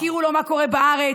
יכירו לו את מה שקורה בארץ,